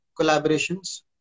collaborations